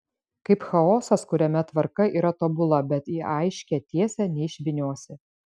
kaip chaosas kuriame tvarka yra tobula bet į aiškią tiesę neišvyniosi